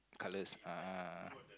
colours ah